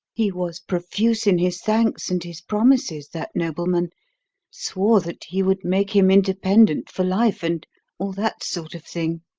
he was profuse in his thanks and his promises, that nobleman swore that he would make him independent for life, and all that sort of thing.